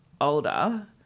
older